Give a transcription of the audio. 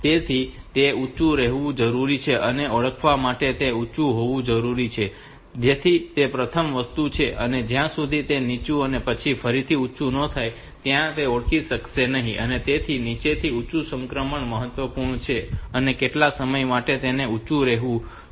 તેથી તે ઊંચું રહેવું જરૂરી છે અને ઓળખવા માટે તે ઊંચું હોવું જરૂરી છે જેથી તે પ્રથમ વસ્તુ છે અને જ્યાં સુધી તે નીચું અને પછી ફરીથી ઊંચું ન જાય ત્યાં સુધી તે ઓળખી શકાશે નહીં તેથી નીચાથી ઉંચુ સંક્રમણ મહત્વપૂર્ણ છે અને કેટલાક સમય માટે તેને ઉંચુ રહેવું જોઈએ